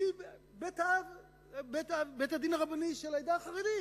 נשיא בית-הדין הרבני של העדה החרדית